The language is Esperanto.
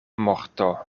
morto